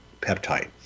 peptide